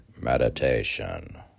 meditation